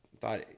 thought